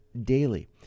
daily